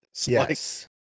yes